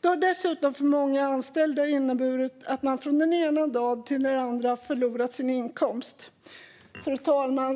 Det har dessutom för många anställda inneburit att de från den ena dagen till den andra har förlorat sin inkomst. Fru talman!